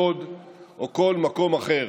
לוד או כל מקום אחר,